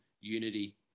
unity